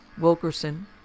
Wilkerson